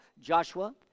Joshua